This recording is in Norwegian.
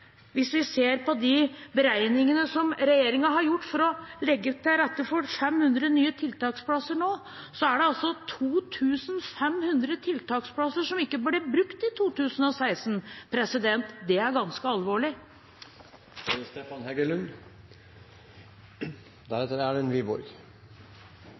Hvis vi ser på de beregningene som regjeringen har gjort for å legge til rette for 500 nye tiltaksplasser nå, er det altså 2 500 tiltaksplasser som ikke ble brukt i 2016. Det er ganske alvorlig.